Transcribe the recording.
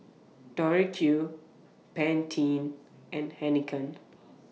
Tori Q Pantene and Heinekein